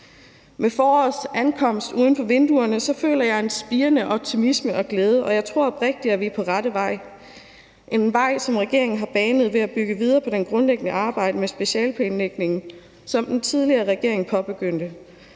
Med forårets ankomst uden for vinduerne føler jeg en spirende optimisme og glæde, og jeg tror oprigtigt, at vi er på rette vej – en vej, som regeringen har banet ved at bygge videre på det grundlæggende arbejde med specialeplanlægningen, som den tidligere regering påbegyndte,